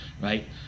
right